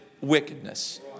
wickedness